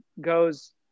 goes